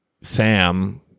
Sam